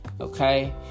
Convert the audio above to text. Okay